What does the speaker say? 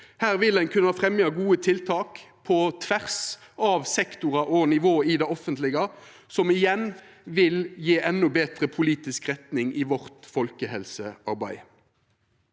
Her vil ein kunna fremja gode tiltak på tvers av sektorar og nivå i det offentlege, noko som igjen vil gje endå betre politisk retning i vårt folkehelsearbeid.